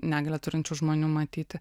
negalią turinčių žmonių matyti